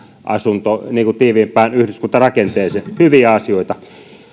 tiiviimpään yhdyskuntarakenteeseen hyviä asioita